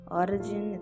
origin